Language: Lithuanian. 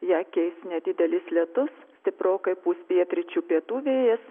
ją keis nedidelis lietus stiprokai pūs pietryčių pietų vėjas